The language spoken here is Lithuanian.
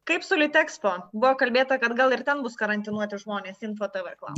kaip su litexpo buvo kalbėta kad gal ir ten bus karantinuoti žmonės info tv klausia